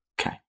Okay